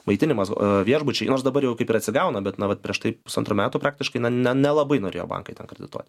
maitinimas viešbučiai nors dabar jau kaip ir atsigauna bet na vat prieš tai pusantrų metų praktiškai na ne nelabai norėjo bankai ten kredituoti